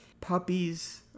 puppies